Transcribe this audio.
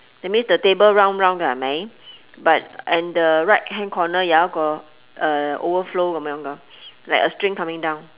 that means the table round round hai mai but and the right hand corner jau jat go uh overflow hai mai gam gong like a string coming down